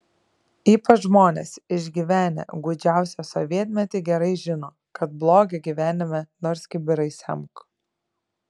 ypač žmonės išgyvenę gūdžiausią sovietmetį gerai žino kad blogio gyvenime nors kibirais semk